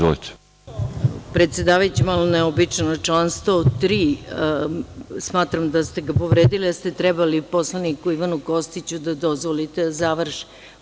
Predsedavajući, malo neuobičajeno, član 103. smatram da ste povredili, da ste trebali poslaniku Ivanu Kostiću da dozvolite da završi.